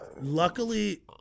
luckily